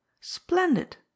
Splendid